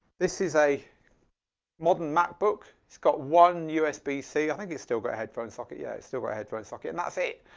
this is a modern macbook, it's got one usb c, i think it's still got a headphone socket, yeah, it's still got a head phones socket and that's it.